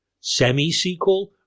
semi-sequel